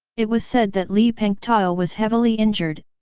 it was said that li pengtao was heavily injured,